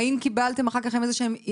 האם קיבלתם אחר כך איזה שהם,